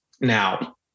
now